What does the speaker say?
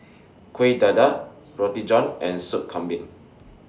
Kuih Dadar Roti John and Soup Kambing